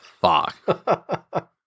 Fuck